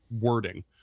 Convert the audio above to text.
wording